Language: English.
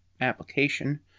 application